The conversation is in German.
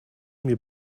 mir